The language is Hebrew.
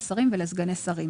לשרים ולסגני שרים.